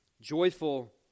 Joyful